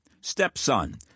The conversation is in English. stepson